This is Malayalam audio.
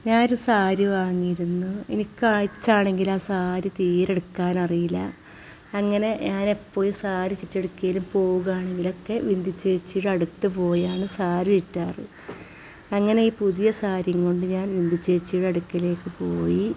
ഞാന് ഒരു സാരി വാങ്ങിയിരുന്നു ഇനിക്കായിച്ഛാണെങ്കില് ആ സാരി തീരെ ഉടുക്കാനറിയില്ല അങ്ങനെ ഞാനെപ്പോഴും സാരി ചുറ്റിയുടുക്കേല് പോകാണെങ്കിലൊക്കെ ബിന്ദു ചേച്ചിയുടെ അടുത്ത് പോയാണ് സാരി ചുറ്റാറ് അങ്ങനെ ഈ പുതിയ സാരിങ്ങൊണ്ട് ഞാൻ ബിന്ദു ചേച്ചിടെ അടുക്കലേക്ക് പോയി